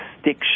stick